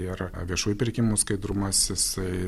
ir viešųjų pirkimų skaidrumas jisai